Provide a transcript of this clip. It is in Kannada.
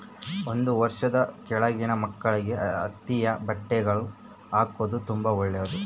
ಒಂದು ವರ್ಷದ ಕೆಳಗಿನ ಮಕ್ಕಳಿಗೆ ಹತ್ತಿಯ ಬಟ್ಟೆಗಳ್ನ ಹಾಕೊದು ತುಂಬಾ ಒಳ್ಳೆದು